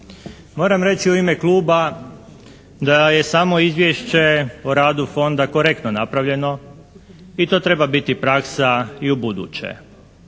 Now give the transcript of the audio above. Moram reći u ime kluba da je samo izvješće o radu fonda korektno napravljeno i to treba biti praksa i ubuduće.